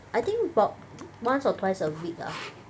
I think about once or twice a week ah